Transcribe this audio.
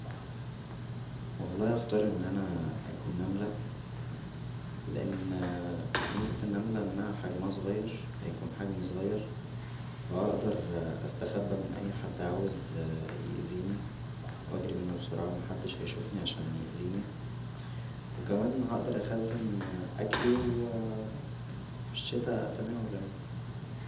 والله اختار ان انا اكون نمله لان ميزة النمله انها حجمها صغير هيكون حجمى صغير و هقدر استخبى من اى حد عاوز ياذينى و اجرى منه بسرعه محدش هيشوفنى عشان ياذينى و كمان هقدر اخزن اكلى و فى الشتا اتناوله يعنى